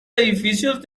edificios